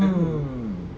hmm